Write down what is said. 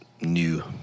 new